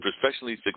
professionally